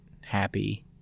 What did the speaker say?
happy